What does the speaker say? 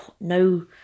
no